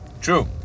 true